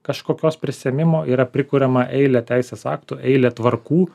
kažkokios prisiėmimo yra prikuriama eilė teisės aktų eilė tvarkų